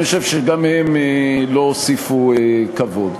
אני חושב שגם הם לא הוסיפו כבוד.